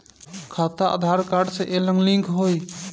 खाता आधार कार्ड से लेहम लिंक होई?